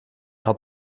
had